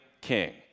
King